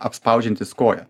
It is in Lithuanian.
apspaudžiantys koją